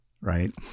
right